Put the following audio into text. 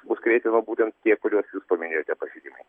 bus kreipiama būtent tie kuriuos jūs paminėjote pažeidimai